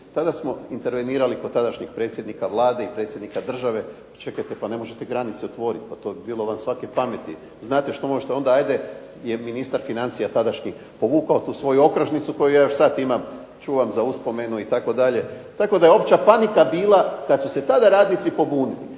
tada smo intervenirali kod tadašnjih predsjednika vlade i predsjednika države pa čekajte pa ne možete granici otvoriti, pa to bi bilo van svake pameti, znate što možete onda ajde je ministar financija tadašnji povukao tu svoju okružnicu koju ja još sad imam, čuvam za uspomenu itd. Tako da je opća panika bila kad su se tada radnici pobunili,